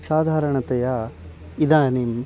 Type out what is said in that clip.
साधारणतया इदानीम्